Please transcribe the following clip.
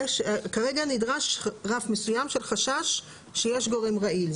כרגע נדרש רף מסוים של חשש שיש גורם רעיל.